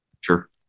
sure